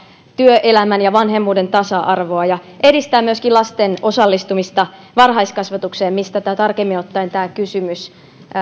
työelämän ja vanhemmuuden tasa arvoa ja edistää myöskin lasten osallistumista varhaiskasvatukseen mistä tämä kysymys tarkemmin ottaen